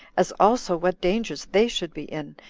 as also what dangers they should be in,